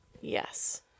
Yes